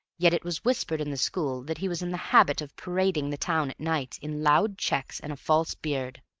yet it was whispered in the school that he was in the habit of parading the town at night in loud checks and a false beard.